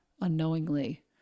unknowingly